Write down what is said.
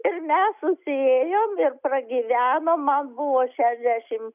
ir mes susiėjom ir pragyvenom man buvo šešiasdešimt